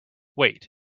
wait